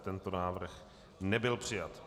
Tento návrh nebyl přijat.